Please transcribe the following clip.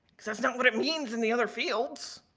because that's not what it means in the other fields.